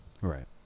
Right